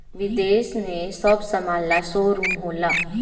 विदेश में सब समान ला शोरूम होला